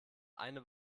eine